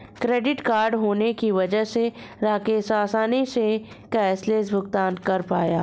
credit card होने की वजह से राकेश आसानी से कैशलैस भुगतान कर पाया